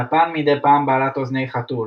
יפן מדי פעם בעלת אוזני חתול.